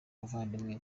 bavandimwe